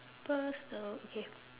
personal uh okay